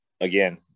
again